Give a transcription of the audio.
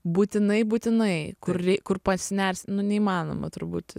būtinai būtinai kur rei kur pasinersi nu neįmanoma turbūt